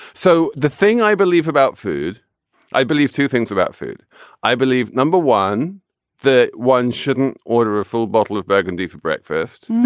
so the thing i believe about food i believe two things about food i believe number one that one shouldn't order a full bottle of burgundy for breakfast.